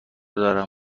دارم